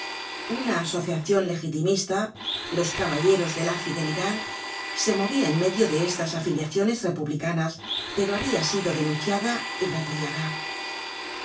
una asociacion legitimista los caballeros de la fidelidad se movia en medio de estas afiliaciones republicanas pero habia sido denunciada y repudiada